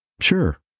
Sure